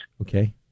Okay